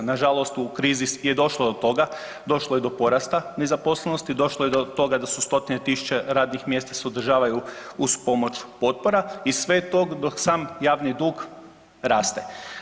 Nažalost, u krizi je došlo do toga, došlo je do porasta nezaposlenosti, došlo je do toga da su stotine tisuća radnih mjesta se održavaju uz pomoć potpora i sve to dok sam javni dug raste.